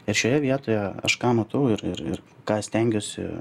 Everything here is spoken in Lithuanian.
ir šioje vietoje aš ką matau ir ir ir ką stengiuosi